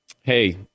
Hey